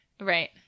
right